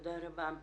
תודה רבה.